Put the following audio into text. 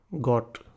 got